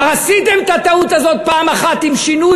כבר עשיתם את הטעות הזאת פעם אחת עם שינוי,